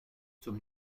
zum